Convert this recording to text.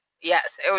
Yes